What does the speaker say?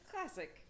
classic